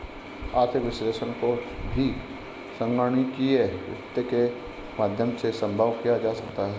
आर्थिक विश्लेषण को भी संगणकीय वित्त के माध्यम से सम्भव किया जा सकता है